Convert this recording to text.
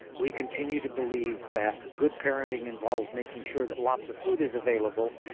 we continue to believe that good parenting involves making sure that lots of food is available,